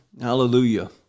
Hallelujah